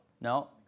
No